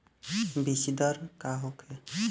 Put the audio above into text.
बीजदर का होखे?